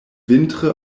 vintre